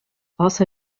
also